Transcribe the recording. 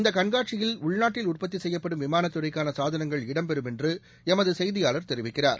இந்தகண்காட்சியில் உள்நாட்டில் உற்பத்திசெய்யப்படும் விமானத் துறைக்கானசாதனங்கள் இடம்பெறும் என்றுஎமதுசெய்தியாளர் தெரிவிக்கிறார்